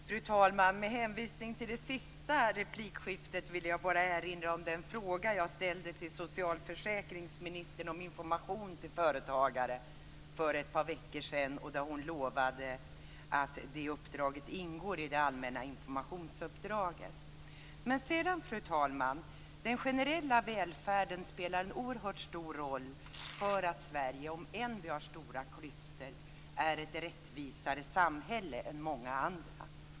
Fru talman! Med hänvisning till det senaste replikskiftet vill jag bara erinra om den fråga jag ställde till socialförsäkringsministern om information till företagare för ett par veckor sedan. I sitt svar lovade hon att det uppdraget ingår i det allmänna informationsuppdraget. Fru talman! Den generella välfärden spelar en oerhört stor roll för att Sverige, om än vi har stora klyftor, är ett rättvisare samhälle än många andra.